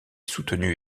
soutenu